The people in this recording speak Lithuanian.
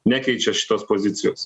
nekeičia šitos pozicijos